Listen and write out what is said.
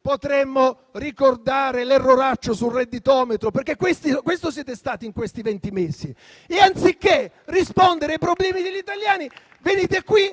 potremmo ricordare "l'erroraccio" sul redditometro. Questo siete stati in questi venti mesi. Anziché rispondere ai problemi degli italiani, venite qui